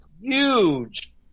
huge